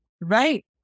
Right